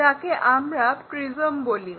যাকে আমরা প্রিজম বলি